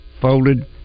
folded